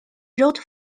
wrote